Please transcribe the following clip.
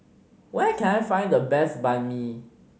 where can I find the best Banh Mi